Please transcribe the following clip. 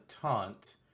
taunt